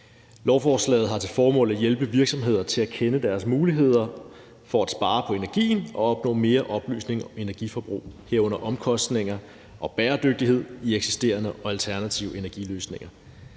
Lovforslaget har til formål at hjælpe virksomheder til at kende deres muligheder for at spare på energien og opnå mere oplysning om energiforbrug, herunder omkostninger og bæredygtighed i eksisterende og alternative energiløsninger.